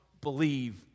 believe